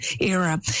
era